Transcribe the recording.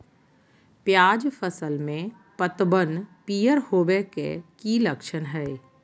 प्याज फसल में पतबन पियर होवे के की लक्षण हय?